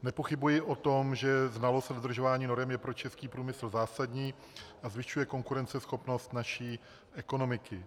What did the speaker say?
Nepochybuji o tom, že znalost a dodržování norem je pro český průmysl zásadní a zvyšuje konkurenceschopnost naší ekonomiky.